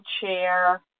chair